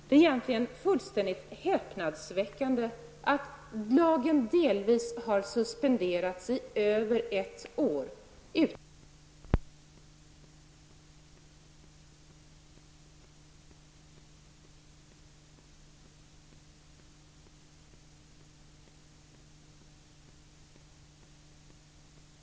Det är egentligen fullständigt häpnadsväckande att lagen delvis har suspenderats i över ett år utan att riksdagen har tillfrågats.